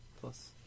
plus